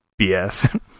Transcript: bs